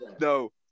No